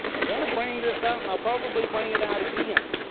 i want to bring this out, and i'll probably bring it out again.